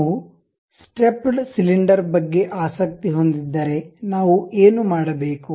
ನಾವು stepped cylinder ಬಗ್ಗೆ ಆಸಕ್ತಿ ಹೊಂದಿದ್ದರೆ ನಾವು ಏನು ಮಾಡಬೇಕು